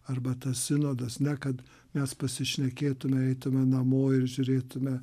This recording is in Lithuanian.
arba tas sinodas ne kad mes pasišnekėtume eitume namo ir žiūrėtume